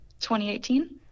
2018